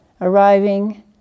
arriving